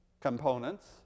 components